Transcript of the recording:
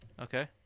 Okay